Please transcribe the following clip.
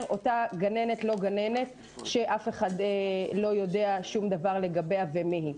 אותה גננת-לא-גננת שאף אחד לא יודע שום דבר לגביה ומי היא.